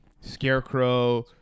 Scarecrow